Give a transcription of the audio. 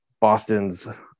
Boston's